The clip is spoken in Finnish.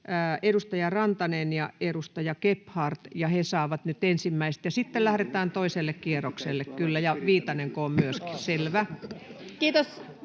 edustaja Rantanen ja edustaja Gebhard. He saavat nyt ensimmäiset, ja sitten lähdetään toiselle kierrokselle kyllä.